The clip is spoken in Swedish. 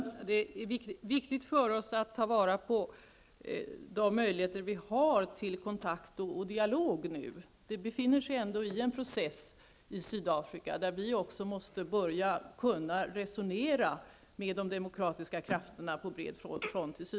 Herr talman! Det är viktigt för oss att ta vara på de möjligheter som vi har till kontakt och dialog nu. Man befinner sig ändå i en process i Sydafrika där vi också måste börja kunna resonera med de demokratiska krafterna på bred front.